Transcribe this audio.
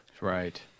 Right